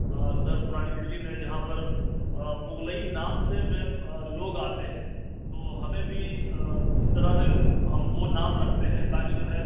آ ادھر پرانی دلی میں جہاں پر مغلئی نام سے میم لوگ آتے ہیں تو ہمیں بھی اس طرح سے ہم وہ نام رکھتے ہیں تاکہ جو ہے